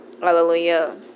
Hallelujah